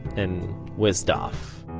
and whizzed off